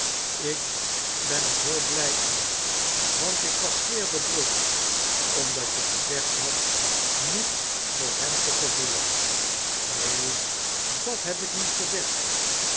ik ben er heel blij om want ik was zeer bedroefd omdat je gezegd had niets voor hem te gevoelen neen dat heb ik niet gezegd